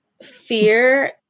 fear